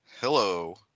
hello